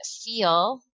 feel